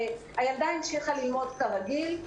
הילדה המשיכה ללמוד כרגיל.